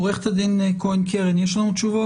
עו"ד כהן קרן, יש לנו תשובות?